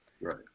Right